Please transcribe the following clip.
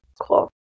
cool